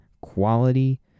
quality